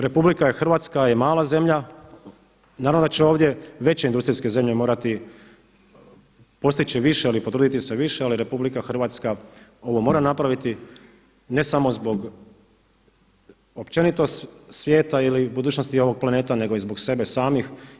RH je mala zemlja, naravno da će ovdje veće industrijske zemlje morati postići više i potruditi se više ali RH ovo mora napraviti ne samo zbog općenito svijeta ili budućnosti ovog planeta nego i zbog sebe samih.